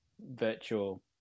virtual